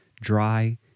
dry